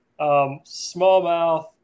Smallmouth